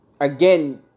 again